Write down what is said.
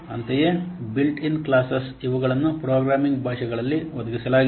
ಅಂತೆಯೇ built in classes ಇವುಗಳನ್ನು programming ಭಾಷೆಗಳಲ್ಲಿ ಒದಗಿಸಲಾಗಿದೆ